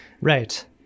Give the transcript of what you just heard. Right